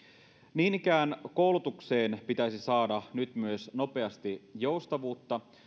niin ikään koulutukseen pitäisi saada nyt myös nopeasti joustavuutta